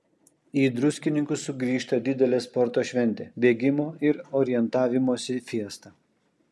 į druskininkus sugrįžta didelė sporto šventė bėgimo ir orientavimosi fiesta